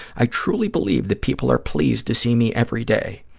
i truly believe that people are pleased to see me every day.